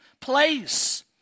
place